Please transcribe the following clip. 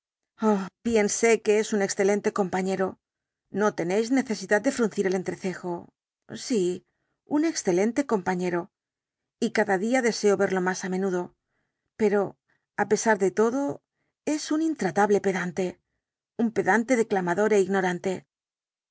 tranquilo que es un excelente compañero no tenéis necesidad de fruncir el entrecejo sí un excelente compañero y cada día deseo verlo más á menudo pero á pesar de todo es un intratable pedante un pedante declamador é ignorante